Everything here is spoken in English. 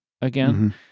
again